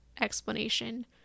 explanation